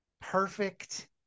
perfect